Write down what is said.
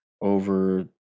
over